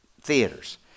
theaters